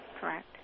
Correct